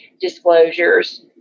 disclosures